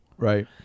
Right